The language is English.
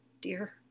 dear